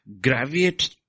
gravitate